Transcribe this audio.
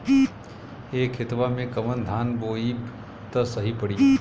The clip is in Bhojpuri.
ए खेतवा मे कवन धान बोइब त सही पड़ी?